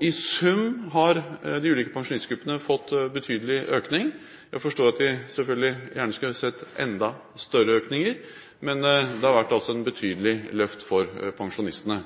I sum har de ulike pensjonistgruppene fått betydelig økning. Jeg forstår at de selvfølgelig gjerne skulle sett enda større økninger, men det har vært et betydelig løft for pensjonistene.